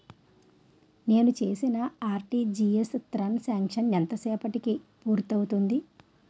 నేను చేసిన RTGS transaction ఎంత సేపటికి పూర్తి అవుతుంది?